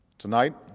tonight,